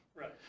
Right